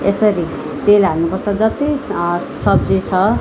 यसरी तेल हाल्नु पर्छ जति सब्जी छ